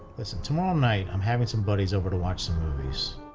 listen, tomorrow night i'm having some buddies over to watch some movies.